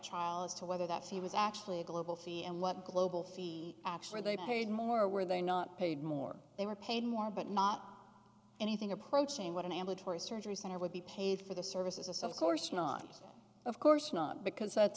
trial as to whether that's he was actually a global fee and what global fee actually they paid more were they not paid more they were paid more but not anything approaching what an ambulatory surgery center would be paid for the service is a sort of course not of course not because that's